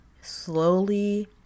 slowly